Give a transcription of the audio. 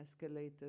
escalated